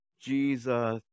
Jesus